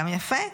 גם יפה,